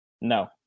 No